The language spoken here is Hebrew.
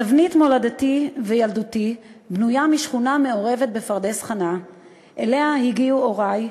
תבנית מולדתי וילדותי בנויה משכונה מעורבת בפרדס-חנה שאליה הגיעו הורי,